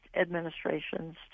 administrations